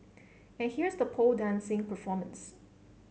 and here's the pole dancing performance